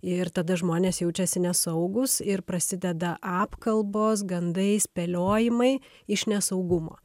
ir tada žmonės jaučiasi nesaugūs ir prasideda apkalbos gandai spėliojimai iš nesaugumo